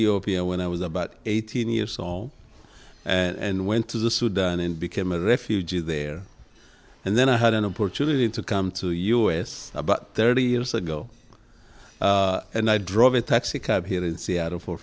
ethiopia when i was about eighteen years all and went to the sudan and became a refugee there and then i had an opportunity to come to us about thirty years ago and i drove a taxi cab here in seattle for